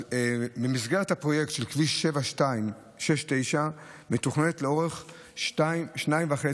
במסגרת הפרויקט של כביש 7269 מתוכננת לאורך 2.5